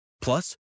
Plus